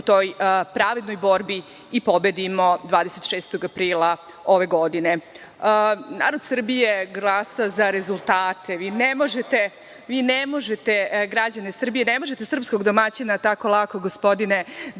u toj pravednoj borbi i pobedimo 26. aprila ove godine. Narod Srbije glasa za rezultate. Vi ne možete građane Srbije, ne možete srpskog domaćina tako lako gospodine